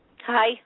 Hi